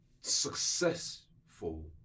successful